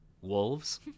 wolves